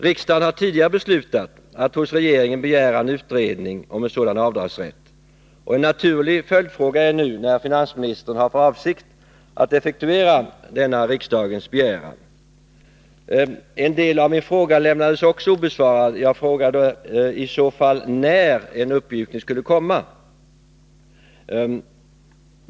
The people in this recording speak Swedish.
Riksdagen har tidigare beslutat att hos regeringen begära en utredning om en sådan avdragsrätt, och en naturlig följdfråga är nu när finansministern har för avsikt att effektuera denna riksdagens begäran. En del av min fråga lämnades också obesvarad. Jag frågade när en uppmjukningi så fall skulle komma.